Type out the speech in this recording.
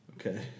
okay